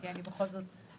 כי אני בכל זאת חלק.